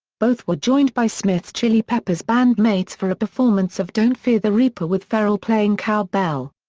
both were joined by smith's chili peppers bandmates for a performance of don't fear the reaper with ferrell playing cowbell.